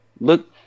look